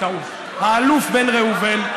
האלוף בן ראובן,